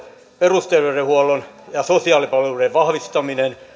perusterveydenhuollon ja sosiaalipalveluiden vahvistaminen